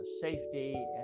safety